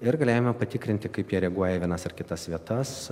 ir galėjome patikrinti kaip jie reaguoja į vienas ar kitas vietas